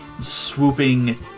swooping